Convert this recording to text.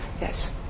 Yes